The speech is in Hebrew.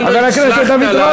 חבר הכנסת דוד רותם,